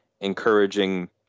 encouraging